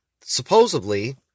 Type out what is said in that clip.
supposedly